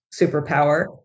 superpower